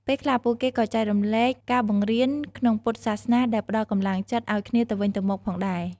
ពេលខ្លះ ពួកគេក៏ចែករំលែកការបង្រៀនក្នុងពុទ្ធសាសនាដែលផ្តល់កម្លាំងចិត្តឱ្យគ្នាទៅវិញទៅមកផងដែរ។